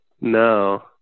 no